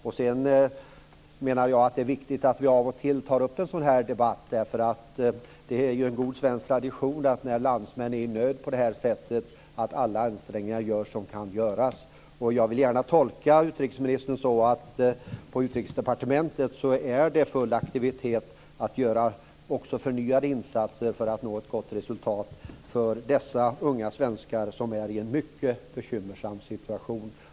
Jag menar att det är viktigt att vi av och till tar upp en sådan här debatt. Det är en god svensk tradition att alla ansträngningar görs som kan göras när landsmän är i nöd. Jag vill gärna tolka utrikesministerns svar som att det råder full aktivitet på Utrikesdepartementet för att göra förnyade insatser i syfte att nå ett gott resultat för dessa unga svenskar i deras mycket bekymmersamma situation.